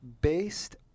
based